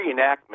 reenactment